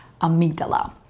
amygdala